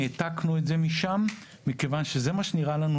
העתקנו את זה משם מכיוון שזה מה שנראה לנו